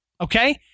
okay